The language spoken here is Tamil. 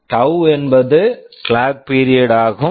டவ் tau என்பது கிளாக் பீரியட் clock period ஆகும்